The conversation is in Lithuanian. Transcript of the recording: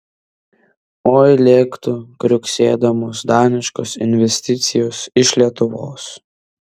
oi lėktų kriuksėdamos daniškos investicijos iš lietuvos